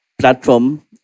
platform